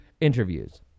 interviews